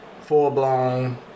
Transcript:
full-blown